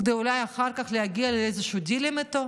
ואולי אחר כך להגיע לאיזשהם דילים איתו?